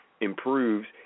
improves